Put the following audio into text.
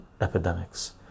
epidemics